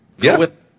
yes